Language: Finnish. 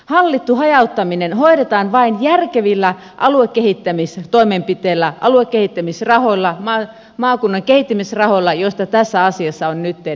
hallittu hajauttaminen hoidetaan vain järkevillä aluekehittämistoimenpiteillä aluekehittämisrahoilla maakunnan kehittämisrahoilla joista tässä asiassa on nytten puhe